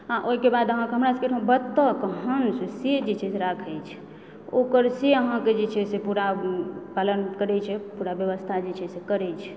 हँ आ ओहिके बाद अहाँकेेँ हमरा सभकेँ एहिठमा बत्तख हंस से जे छै से राखय छै ओकर से अहाँकेँ जे छै पूरा पालन करय छै पूरा व्यवस्था जे छै से करय छै